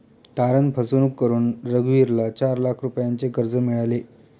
तारण फसवणूक करून रघुवीरला चार लाख रुपयांचे कर्ज मिळाले